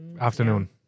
afternoon